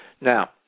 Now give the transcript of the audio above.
Now